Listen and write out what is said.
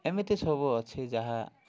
ଏମିତି ସବୁ ଅଛି ଯାହା